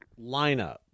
lineup